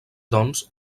doncs